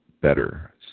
better